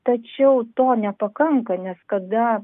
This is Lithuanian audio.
tačiau to nepakanka nes kada